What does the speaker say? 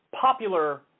popular